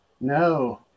No